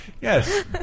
Yes